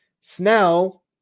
Snell